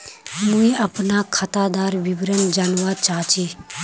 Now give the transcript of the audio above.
मुई अपना खातादार विवरण जानवा चाहची?